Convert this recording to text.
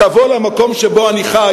תבוא למקום שבו אני חי.